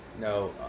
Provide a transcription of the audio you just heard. No